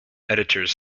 editors